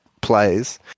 plays